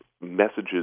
messages